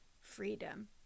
freedom